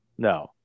No